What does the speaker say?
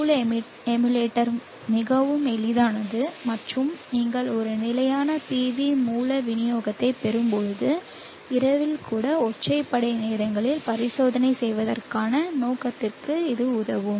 மூல எமுலேட்டர் மிகவும் எளிதானது மற்றும் நீங்கள் ஒரு நிலையான PV மூல விநியோகத்தைப் பெறும்போது இரவில் கூட ஒற்றைப்படை நேரங்களில் பரிசோதனை செய்வதற்கான நோக்கத்திற்கு இது உதவும்